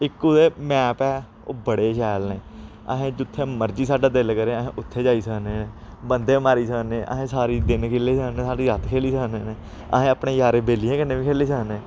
इक ओह्दे मैप ऐ ओह् बड़े शैल न असें जित्थै मर्जी साढ़ा दिल करै असें उत्थै जाई सकने न बंदे मारी सकने असें सारी दिन खेली सकने साढ़ी रात खेली सकने न असें अपने यारे बेलियें कन्नै बी खेली सकने